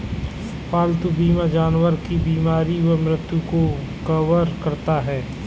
पालतू बीमा जानवर की बीमारी व मृत्यु को कवर करता है